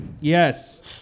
Yes